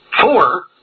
Four